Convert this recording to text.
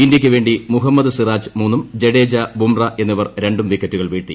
ഇന്ത്യയ്ക്കു വേണ്ടി മുഹമ്മദ് സിറാജ് മൂന്നും ജഡേജ ബുംറ എന്നിവർ രണ്ടും വിക്കറ്റുകൾ വീഴ്ത്തി